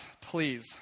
please